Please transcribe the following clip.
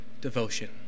devotion